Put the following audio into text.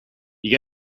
you